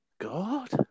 God